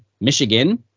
Michigan